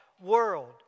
world